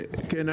כן,